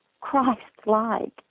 Christ-like